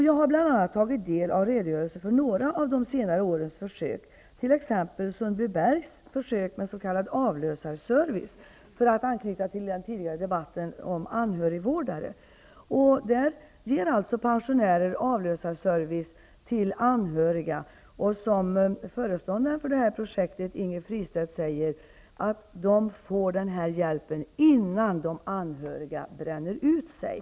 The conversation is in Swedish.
Jag har bl.a. tagit del av redogörelsen för några av de senare årens försök, t.ex. Sundbybergs försök med s.k. avlösarservice -- för att anknyta till den tidigare debatten om anhörigvårdare. Där ger alltså pensionärer avlösarservice till anhöriga, som får denna hjälp, som föreståndaren för projektet Inger Fristedt säger, innan de bränner ut sig.